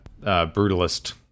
brutalist